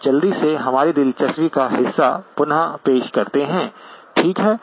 हम जल्दी से हमारी दिलचस्पी का हिस्सा पुन पेश करते है ठीक है